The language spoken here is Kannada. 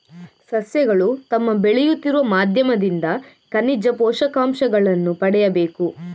ಸಸ್ಯಗಳು ತಮ್ಮ ಬೆಳೆಯುತ್ತಿರುವ ಮಾಧ್ಯಮದಿಂದ ಖನಿಜ ಪೋಷಕಾಂಶಗಳನ್ನು ಪಡೆಯಬೇಕು